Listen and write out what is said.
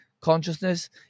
consciousness